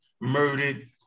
murdered